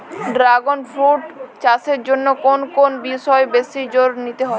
Dragon fruit চাষের জন্য কোন কোন বিষয়ে বেশি জোর দিতে হয়?